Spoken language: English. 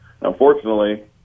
Unfortunately